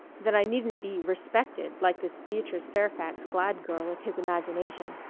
that i needn't be respected like this beatrice fairfax glad-girl of his imagination.